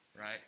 right